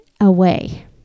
away